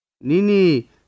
Nini